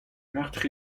meurtres